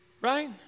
Right